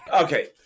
Okay